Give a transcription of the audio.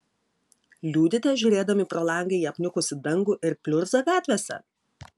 liūdite žiūrėdami pro langą į apniukusį dangų ir pliurzą gatvėse